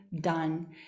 done